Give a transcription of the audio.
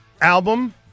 album